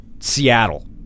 Seattle